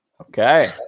Okay